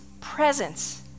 presence